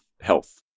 health